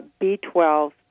B12